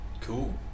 Cool